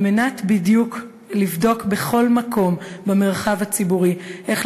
על מנת לבדוק בדיוק בכל מקום במרחב הציבורי איך